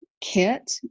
kit